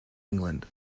england